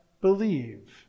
believe